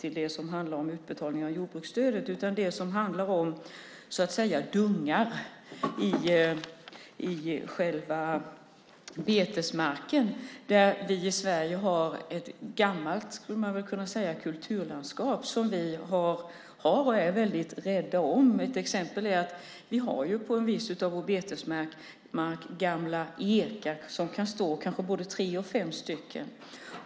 Den handlar inte konkret om utbetalning av jordbruksstödet, utan den handlar om dungar i betesmarker. I Sverige har vi ett gammalt kulturlandskap, skulle man kunna säga, som vi har varit och är väldigt rädda om. Till exempel finns det gamla ekar på vissa av våra betesmarker. Det kan vara både tre och fem stycken.